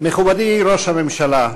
מכובדי ראש הממשלה,